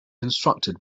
constructed